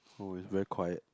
oh it's very quiet